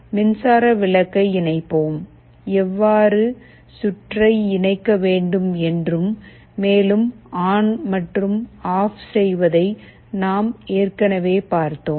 நாம் மின்சார விளக்கை இணைப்போம் எவ்வாறு சுற்றை இணைக்க வேண்டும் என்றும் மேலும் ஆன் மற்றும் ஆஃப் செய்வதை நாம் ஏற்கனவே பார்த்தோம்